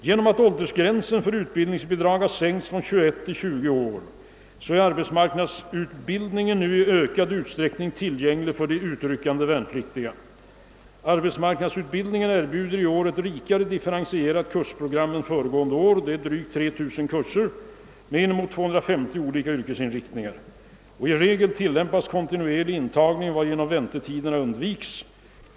Genom att åldersgränsen för utbildningsbidrag sänkts från 21 till 20 år är arbetsmarknadsutbildningen nu i ökad utsträckning tillgänglig för de utryckande värnpliktiga. Arbetsmarknadsutbildningen erbjuder i år ett rikare differentierat kursprogram än föregående år — drygt 3000 kurser med inemot 250 olika yrkesinriktningar. I regel tilllämpas kontinuerlig intagning varigenom väntetider undvikes.